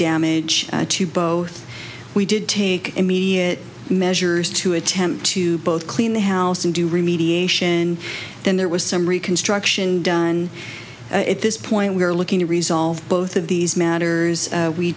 damage to both we did take me measures to attempt to both clean the house and do remediation then there was some reconstruction done at this point we are looking to resolve both of these matters